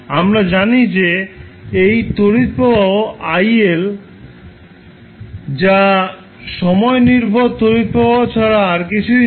আমরা জানি যে এই তড়িৎ প্রবাহ iL যা সময় নির্ভর তড়িৎ প্রবাহ ছাড়া আর কিছুই নয়